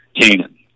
Canaan